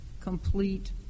complete